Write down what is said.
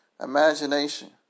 Imagination